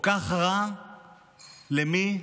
כל כך רע, למי?